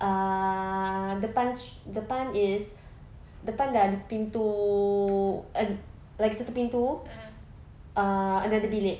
err depan depan is depan dan pintu lagi satu pintu err another bilik